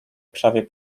prawie